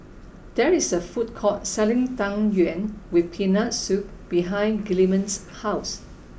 there is a food court selling Tang Yuen with peanut soup behind Gilman's house